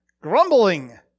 grumbling